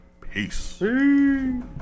Peace